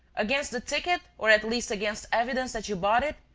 against the ticket or at least against evidence that you bought it?